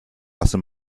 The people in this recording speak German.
lasse